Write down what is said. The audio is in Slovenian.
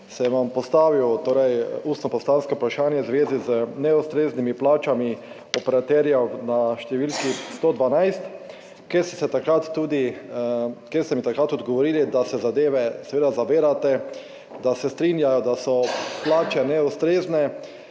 sem vam postavil ustno poslansko vprašanje v zvezi z neustreznimi plačami operaterjev na številki 112, kjer ste mi takrat odgovorili, da se zadeve seveda zavedate, da se strinjate, da so plače neustrezne